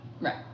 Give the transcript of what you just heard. Right